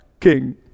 King